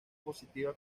positiva